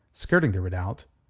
skirting the redoubt,